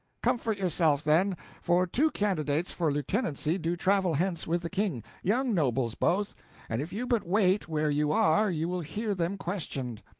comfort yourself, then for two candidates for a lieutenancy do travel hence with the king young nobles both and if you but wait where you are you will hear them questioned.